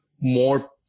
more